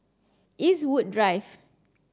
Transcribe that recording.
Eastwood Drive